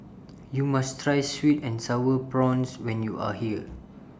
YOU must Try Sweet and Sour Prawns when YOU Are here